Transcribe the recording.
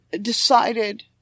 decided